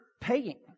paying